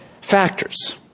factors